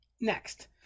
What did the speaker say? Next